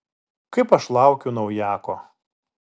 kaip aš laukiu naujako